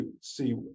see